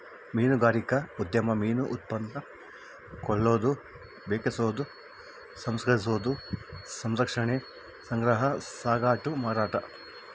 ಮೀನುಗಾರಿಕಾ ಉದ್ಯಮ ಮೀನು ಉತ್ಪನ್ನ ಕೊಳ್ಳೋದು ಬೆಕೆಸೋದು ಸಂಸ್ಕರಿಸೋದು ಸಂರಕ್ಷಣೆ ಸಂಗ್ರಹ ಸಾಗಾಟ ಮಾರಾಟ